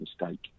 mistake